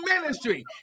ministry